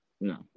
No